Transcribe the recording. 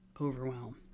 overwhelm